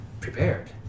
prepared